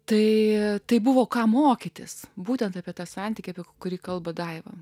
tai tai buvo ką mokytis būtent apie tą santykį apie kurį kalba daiva